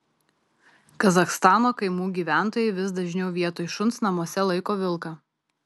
kazachstano kaimų gyventojai vis dažniau vietoj šuns namuose laiko vilką